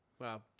Wow